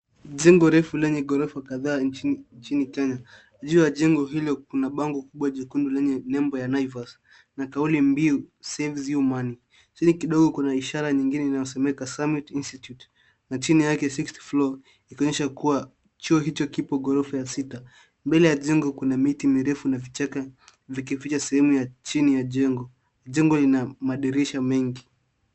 Jengo refu lenye ghorofa kadhaa nchini Kenya. Juu ya ghorofa hilo kuna bango kubwa jekundu lenye nembo ya Naivas na kauli mbiu saves you money . Chini kidogo kuna ishara nyingine inayosomeka, Summit Institute, na chini ya Sixth floor , ikionyesha kuwa chuo hicho kipo ghorofa ya sita. Mbele ya jengo kuna miti mirefu na vichaka, vikificha sehemu ya chini ya jengo. Jengo ina madirisha mengi.